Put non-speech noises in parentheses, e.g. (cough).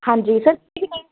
ਹਾਂਜੀ ਸਰ (unintelligible) ਨੇ